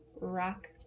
Rock